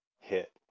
hit